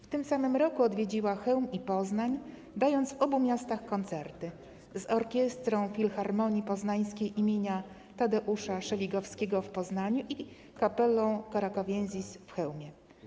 W tym samym roku odwiedziła Chełm i Poznań, dając w obu miastach koncerty z Orkiestrą Filharmonii Poznańskiej im. Tadeusza Szeligowskiego w Poznaniu i Capellą Cracoviensis w Chełmie.